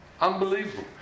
Unbelievable